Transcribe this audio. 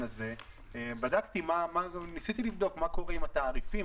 הזה ניסיתי לבדוק מה קורה עם התעריפים,